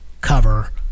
cover